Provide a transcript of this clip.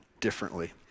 differently